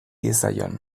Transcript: diezaion